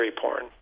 porn